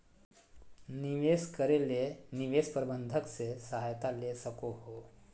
निवेश करे ले निवेश प्रबंधक से सहायता ले सको हो